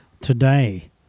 today